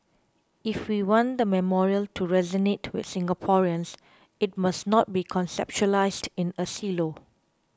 if we want the memorial to resonate with Singaporeans it must not be conceptualised in a silo